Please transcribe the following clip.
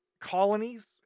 colonies